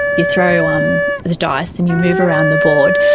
you throw um the dice and you move around the board,